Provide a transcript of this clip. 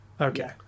Okay